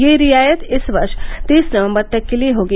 यह रियायत इस वर्ष तीस नवम्बर तक के लिए होगी